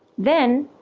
then,